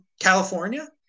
California